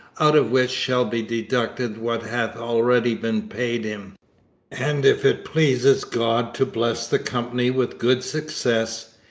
out of which shall be deducted what hath already been paid him and if it pleases god to bless the company with good success,